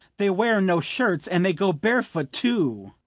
they wear no shirts, and they go bare-foot too.